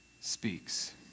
speaks